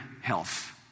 health